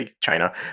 China